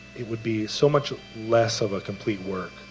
it would be so much less of a complete work.